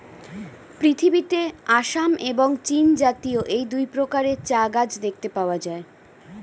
পৃথিবীতে আসাম এবং চীনজাতীয় এই দুই প্রকারের চা গাছ দেখতে পাওয়া যায়